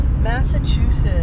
Massachusetts